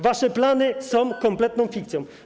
Wasze plany są kompletną fikcją.